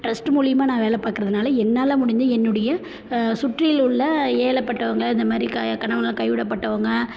trust மூலிமா நான் வேலை பார்க்கறதுனால என்னால முடிஞ்ச என்னுடைய சுற்றில் உள்ள ஏகப்பட்டவங்க இந்த மாதிரி க கணவனால் கைவிடப்பட்டவங்க